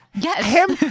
Yes